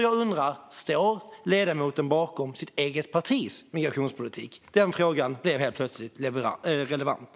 Jag undrar: Står ledamoten bakom sitt eget partis migrationspolitik? Den frågan blev helt plötsligt relevant.